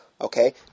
Okay